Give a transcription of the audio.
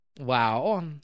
Wow